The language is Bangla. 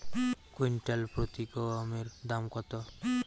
কুইন্টাল প্রতি গমের দাম কত?